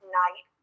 night